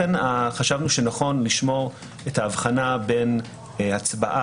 לכן חשבנו שנכון לשמור על ההבחנה בין הצבעה